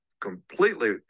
completely